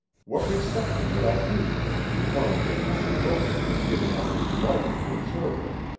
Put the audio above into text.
what reception would i meet when she learned that henry wilton had given up his life in her service,